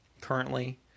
currently